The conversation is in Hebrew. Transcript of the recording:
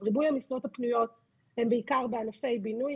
אז ריבוי המשרות הפנויות הן בעיקר בענפי בינוי,